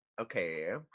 Okay